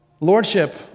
Lordship